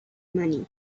money